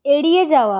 এড়িয়ে যাওয়া